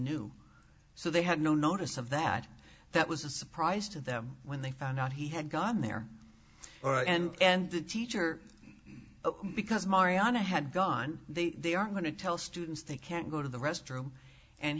knew so they had no notice of that that was a surprise to them when they found out he had gone there or and and the teacher because marianna had gone they they are going to tell students they can't go to the restroom and